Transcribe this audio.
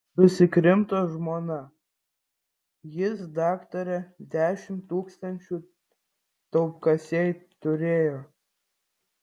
susikrimto žmona jis daktare dešimt tūkstančių taupkasėj turėjo